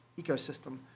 ecosystem